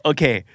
Okay